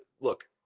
look